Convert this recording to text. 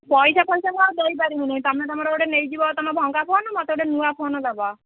ପଇସା ଫଇସା ମୁଁ ଆଉ ଦେଇ ପାରିବିନି ତୁମେ ତୁମର ଗୋଟେ ନେଇ ଯିବ ତୁମ ଭଙ୍ଗା ଫୋନ୍ ମୋତେ ଗୋଟେ ନୂଆ ଫୋନ୍ ଦେବ